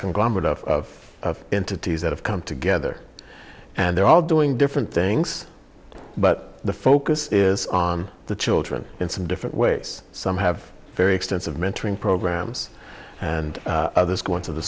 conglomerate of entities that have come together and they're all doing different things but the focus is on the children in some different ways some have very extensive mentoring programs and others going to the